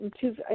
two